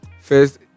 first